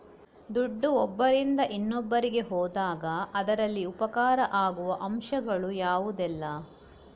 ದುಡ್ಡು ಒಬ್ಬರಿಂದ ಇನ್ನೊಬ್ಬರಿಗೆ ಹೋದಾಗ ಅದರಲ್ಲಿ ಉಪಕಾರ ಆಗುವ ಅಂಶಗಳು ಯಾವುದೆಲ್ಲ?